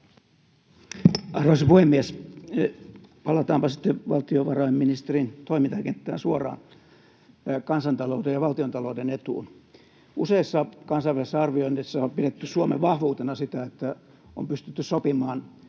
Arvoisa puhemies! Palataanpa sitten valtiovarainministerin toimintakenttään suoraan, kansantalouden ja valtiontalouden etuun. Useissa kansainvälisissä arvioinneissa on pidetty Suomen vahvuutena sitä, että on pystytty sopimaan